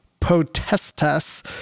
Potestas